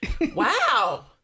Wow